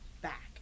back